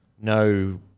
no